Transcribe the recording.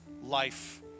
life